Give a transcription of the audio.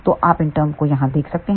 तो आप इन टर्म को यहाँ देख सकते हैं